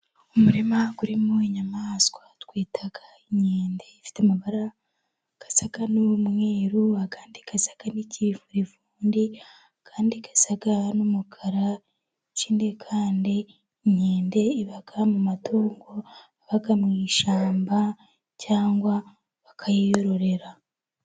Umurima urimo inyamaswa twita inkende ifite amabara asa n'umweru , andi asa n' ikivurivundi, andi asa n'umukara. Ikindi kandi inkende iba mu matungo aba mu ishyamba cyangwa bakayiyororera.